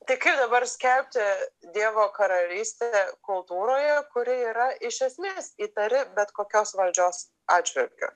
tai kaip dabar skelbti dievo karalystę kultūroje kuri yra iš esmės įtari bet kokios valdžios atžvilgiu